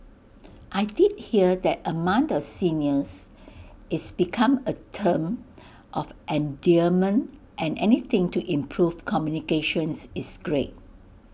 I did hear that among the seniors it's become A term of endearment and anything to improve communications is great